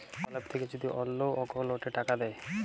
call app থাক্যে যদি অল্লো অকৌলটে টাকা দেয়